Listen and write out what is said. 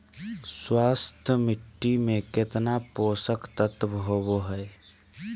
स्वस्थ मिट्टी में केतना पोषक तत्त्व होबो हइ?